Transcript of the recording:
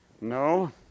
No